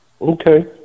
Okay